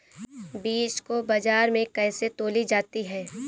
बीज को बाजार में कैसे तौली जाती है?